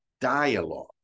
dialogue